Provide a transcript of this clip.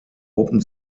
open